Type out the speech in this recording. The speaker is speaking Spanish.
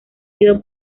sido